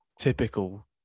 typical